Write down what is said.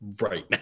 Right